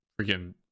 freaking